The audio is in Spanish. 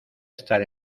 estar